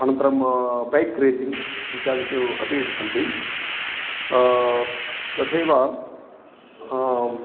अनन्तरं bike racing इत्यादिषु अपि सन्ति तथैव